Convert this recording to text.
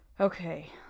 Okay